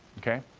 okay?